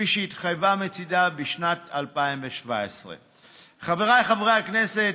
כפי שהיא התחייבה מצידה בשנת 2017. חבריי חברי הכנסת,